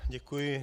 Děkuji.